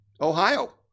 Ohio